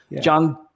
John